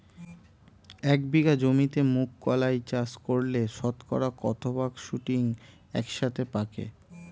এক বিঘা জমিতে মুঘ কলাই চাষ করলে শতকরা কত ভাগ শুটিং একসাথে পাকে?